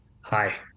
Hi